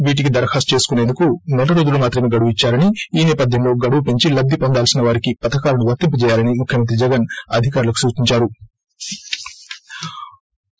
వీటికి దరఖాస్తు చేసుకునేందుకు సెల రోజుల మాత్రమే గడువు ఇద్చారని ఈ సేపథ్యంలో గడువు పెంచి లబ్ది పొందాల్సిన వారికి పథకాలను వర్తింపజేయాలని ముఖ్యమంత్రి జగన్ అధికారులకు సూచించారు